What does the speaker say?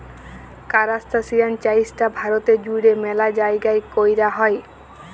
কারাস্তাসিয়ান চাইশটা ভারতে জুইড়ে ম্যালা জাইগাই কৈরা হই